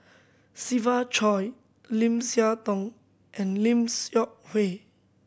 Siva Choy Lim Siah Tong and Lim Seok Hui